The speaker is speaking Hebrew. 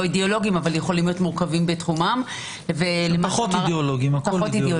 אידיאולוגים אבל יכולים להיות מורכבים בתחומם -- הפחות אידיאולוגים.